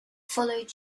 followed